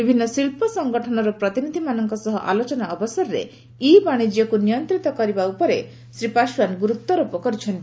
ବିଭିନ୍ନ ଶିଳ୍ପ ସଂଗଠନର ପ୍ରତିନିଧିମାନଙ୍କ ସହ ଆଲୋଚନା ଅବସରରେ ଇ ବାଶିଙ୍ଘ୍ୟକୁ ନିୟନ୍ତ୍ରିତ କରିବା ଉପରେ ଶ୍ରୀ ପାଶୱାନ ଗୁରୁତ୍ୱାରୋପ କରିଛନ୍ତି